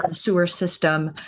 ah sewer system.